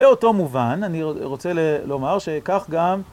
באותו מובן אני רוצה לומר שכך גם